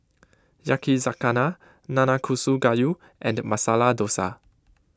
Yakizakana Nanakusa Gayu and Masala Dosa